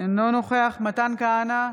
אינו נוכח מתן כהנא,